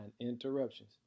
interruptions